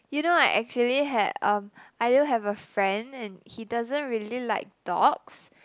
you know I actually had um I do have a friend and he doesn't really like dogs